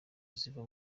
ziva